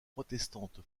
protestante